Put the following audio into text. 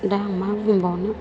दा आं मा बुंबावनो